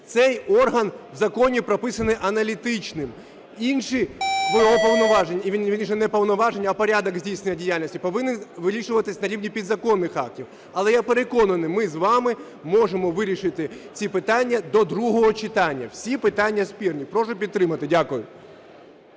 Цей орган в законі прописаний аналітичним, інші його повноваження, вірніше, не повноваження, а порядок здійснення діяльності повинен вирішуватися на рівні підзаконних актів. Але я переконаний, ми з вами можемо вирішити ці питання до другого читання, всі питання спірні. Прошу підтримати. Дякую.